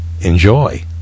Enjoy